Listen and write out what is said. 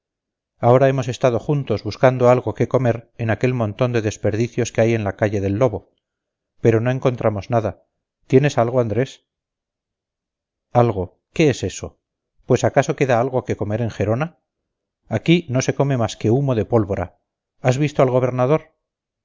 ahora hemos estado juntos buscando algo que comer en aquel montón de desperdicios que hay en la calle del lobo pero no encontramos nada tienes algo andrés algo qué es eso pues acaso queda algo que comer en gerona aquí no se come más que humo de pólvora has visto al gobernador